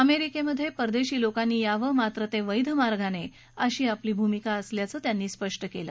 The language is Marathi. अमेरिकेमध्ये परदेशी लोकांनी यावं मात्र ते वैध मार्गाने अशी आपली भूमिका असल्याचं त्यांनी स्पष्ट केलं